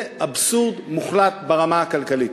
וזה אבסורד מוחלט ברמה הכלכלית.